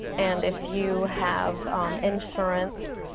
and if you have insurance,